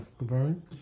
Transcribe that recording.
burn